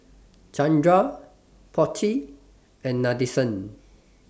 Chandra Potti and Nadesan